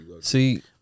See